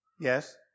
Yes